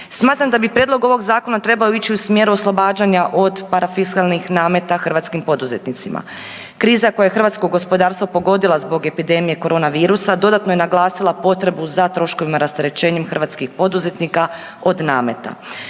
Smatram da bi prijedlog ovog zakona trebao ići u smjeru oslobađanja od parafiskalnih nameta hrvatskim poduzetnicima. Kriza koja je hrvatsko gospodarstvo pogodila zbog epidemije korona virusa dodatno je naglasila potrebu za troškovima rasterećenjem hrvatskih poduzetnika od nameta.